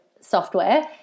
software